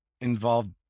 involved